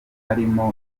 harimo